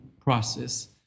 process